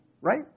Right